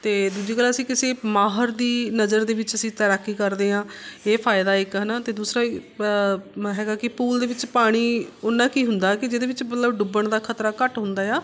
ਅਤੇ ਦੂਜੀ ਗੱਲ ਅਸੀਂ ਕਿਸੇ ਮਾਹਰ ਦੀ ਨਜ਼ਰ ਦੇ ਵਿੱਚ ਅਸੀਂ ਤੈਰਾਕੀ ਕਰਦੇ ਹਾਂਆਂ ਇਹ ਫਾਇਦਾ ਇੱਕ ਹੈ ਨਾ ਅਤੇ ਦੂਸਰਾ ਪ ਮ ਹੈਗਾ ਕਿ ਪੂਲ ਦੇ ਵਿੱਚ ਪਾਣੀ ਓਨਾ ਕੁ ਹੁੰਦਾ ਕਿ ਜਿਹਦੇ ਵਿੱਚ ਮਤਲਬ ਡੁੱਬਣ ਦਾ ਖਤਰਾ ਘੱਟ ਹੁੰਦਾ ਹੈ